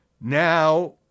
now